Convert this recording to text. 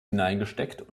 hineingesteckt